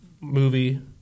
movie